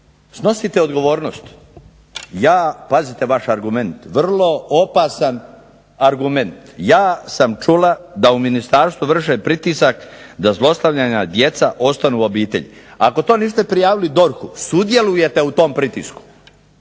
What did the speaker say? snosite odgovornost. Pazite vaš argument, vrlo opasan argument, ja sam čula da u ministarstvu vrše pritisak da zlostavljana djeca ostanu u obitelji. Ako to niste prijavili DORH-u sudjelujete u tom pritisku,